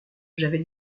j’avais